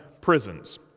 prisons